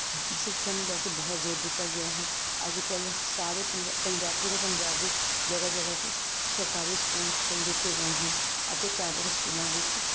ਸਿੱਖਿਆ ਨੂੰ ਲੈ ਕੇ ਬਹੁਤ ਜ਼ੋਰ ਦਿੱਤਾ ਗਿਆ ਹੈ ਅੱਜ ਕੱਲ ਸਾਰੇ ਪੰਜਾ ਪੰਜਾਬ ਪੂਰੇ ਪੰਜਾਬੀ ਜਗ੍ਹਾ ਜਗ੍ਹਾ 'ਤੇ ਸਰਕਾਰੀ ਸਕੂਲ ਖੋਲ੍ਹ ਦਿੱਤੇ ਗਏ ਹਨ ਅਤੇ ਪ੍ਰਾਈਵੇਟ ਸਕੂਲਾਂ ਵਿੱਚ